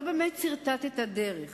לא באמת סרטטת דרך.